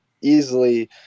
Easily